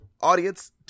Audience